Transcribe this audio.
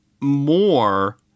more